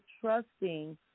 trusting